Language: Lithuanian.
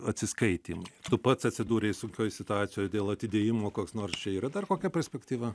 atsiskaitymai tu pats atsidūrei sunkioj situacijoj dėl atidėjimo koks nors čia yra dar kokia perspektyva